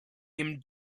him